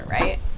right